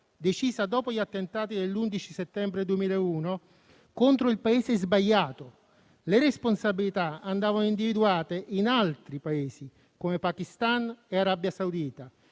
decisa dopo gli attentati dell'11 settembre 2001 contro il Paese sbagliato (le responsabilità andavano individuate in altri Paesi, come Pakistan e Arabia Saudita)